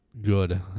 good